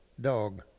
dog